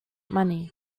money